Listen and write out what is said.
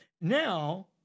Now